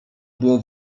było